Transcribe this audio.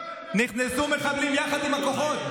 נכנסו מחבלים יחד עם הכוחות,